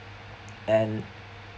and